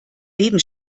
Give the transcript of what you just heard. leben